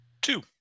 two